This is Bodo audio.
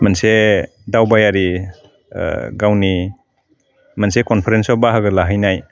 मोनसे दावबायारि गावनि मोनसे कनफारेन्सआव बाहागो लाहैनाय